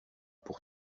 pour